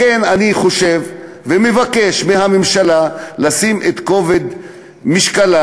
לכן אני חושב ומבקש מהממשלה לשים את כובד משקלה